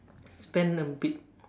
spend a bit